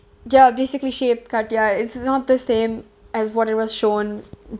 ya basically shape cut ya it's not the same as what it was shown